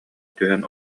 түһэн